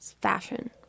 fashion